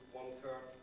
one-third